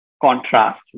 contrast